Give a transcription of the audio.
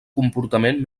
comportament